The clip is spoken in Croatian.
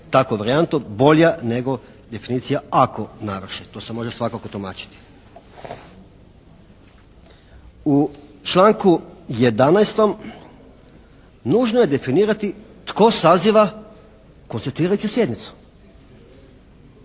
takvu varijantu, bolja nego definicija ako navrši. To se može svakako navršiti. U članku 11. nužno je definirati tko saziva konstituirajuću sjednicu.